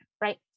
right